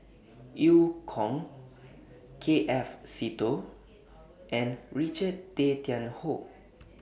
EU Kong K F Seetoh and Richard Tay Tian Hoe